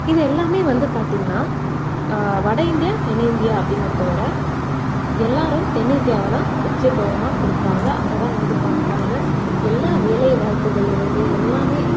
இது எல்லாமே வந்து பார்த்திங்கனா வடஇந்தியா தென்னிந்தியா அப்படிங்கிறதவிட எல்லாரும் தென்னிந்தியாவைதான் முக்கியத்துவமாக கொடுக்குறாங்க அங்கேதான் வந்து பார்க்குறாங்க எல்லா வேலை வாய்ப்புகள்லிருந்து எல்லாமே